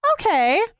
Okay